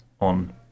on